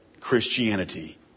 Christianity